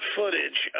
footage